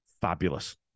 fabulous